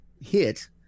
hit